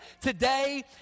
today